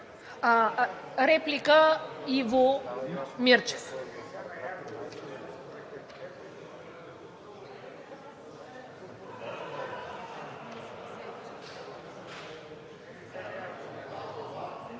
Реплика – Иво Мирчев.